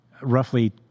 roughly